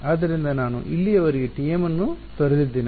ಆದ್ದರಿಂದ ನಾನು ಇಲ್ಲಿಯವರೆಗೆ Tm ಅನ್ನು ತೊರೆದಿದ್ದೇನೆ